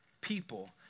people